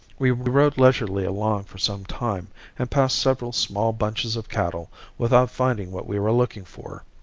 we rode leisurely along for some time and passed several small bunches of cattle without finding what we were looking for.